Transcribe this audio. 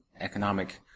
economic